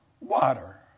water